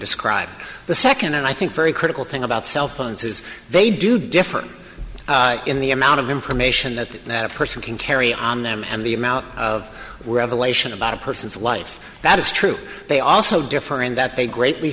described the second and i think very critical thing about cell phones is they do differ in the amount of information that that person can carry on them and the amount of revelation about a person's life that is true they also differ in that they greatly